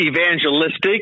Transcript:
evangelistic